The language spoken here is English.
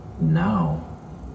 now